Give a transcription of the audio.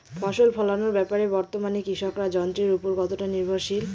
ফসল ফলানোর ব্যাপারে বর্তমানে কৃষকরা যন্ত্রের উপর কতটা নির্ভরশীল?